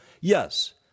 yes